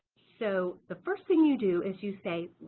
so the first thing you do is you say,